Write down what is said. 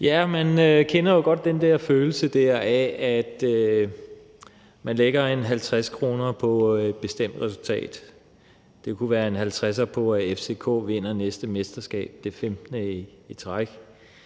man kender jo godt den der følelse af, at man lægger 50 kr. på et bestemt resultat, det kunne være 50 kr. på, at FCK vinder næste mesterskab, det femtende,